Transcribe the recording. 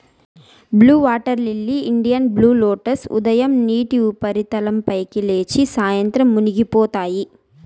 blue water lily, Indian blue lotus ఉదయం నీటి ఉపరితలం పైకి లేచి, సాయంత్రం మునిగిపోతాయి